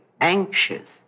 anxious